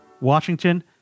Washington